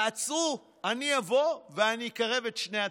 תעצרו, אני אבוא ואני אקרב את שני הצדדים.